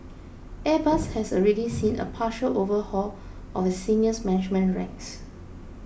Airbus has already seen a partial overhaul of its senior management ranks